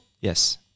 yes